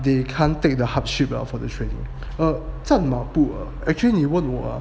they can't take the hardship for the training err 站马步 err actually 你问我